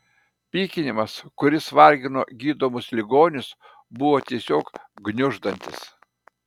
pykinimas kuris vargino gydomus ligonius buvo tiesiog gniuždantis